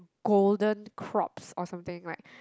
golden crops or something right